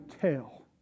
tell